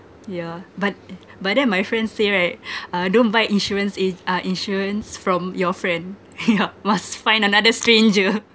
yeah but eh but then my friend say right uh don't buy insurance a~ uh insurance from your friend yeah must find another stranger